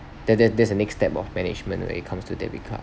that that that's the next step of management when it comes to debit card